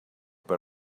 but